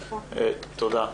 תודה.